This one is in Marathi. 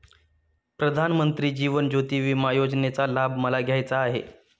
प्रधानमंत्री जीवन ज्योती विमा योजनेचा लाभ मला घ्यायचा आहे